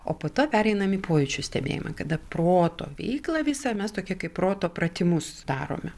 o po to pereinam į pojūčių stebėjimą kada proto veiklą visą mes tokią kaip proto pratimus darome